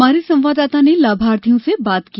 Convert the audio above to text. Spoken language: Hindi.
हमारे संवाददाता ने लाभार्थियों से बात की